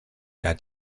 der